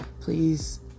please